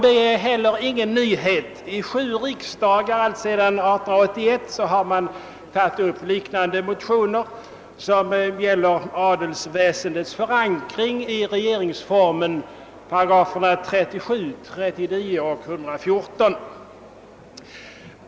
Det är heller inte någon nyhet; vid sju riksdagar alltsedan 1881 har man väckt liknande motioner beträffande adelsväsendets förankring i regeringsformen §§ 37, 39 och 114.